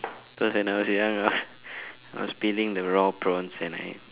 cause I nausea I don't know I was peeling the raw prawns and I